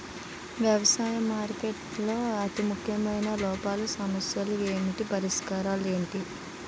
వ్యవసాయ మార్కెటింగ్ లో అతి ముఖ్యమైన లోపాలు సమస్యలు ఏమిటి పరిష్కారాలు ఏంటి?